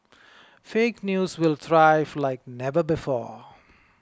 fake news will thrive like never before